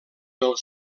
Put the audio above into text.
del